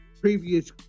previous